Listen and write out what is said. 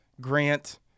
Grant